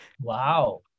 Wow